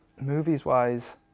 Movies-wise